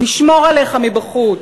נשמור עליך מבחוץ.